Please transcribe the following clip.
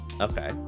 Okay